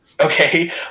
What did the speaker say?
okay